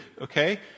okay